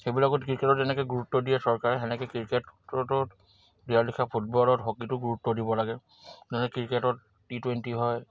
সেইবিলাকত ক্ৰিকেটত এনেকে গুৰুত্ব দিয়ে চৰকাৰে সেনেকে ক্ৰিকেটত ফুটবলত হকীটো গুৰুত্ব দিব লাগে যেনে ক্ৰিকেটত টি টুৱেণ্টি হয়